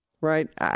right